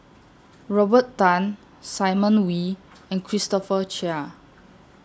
Robert Tan Simon Wee and Christopher Chia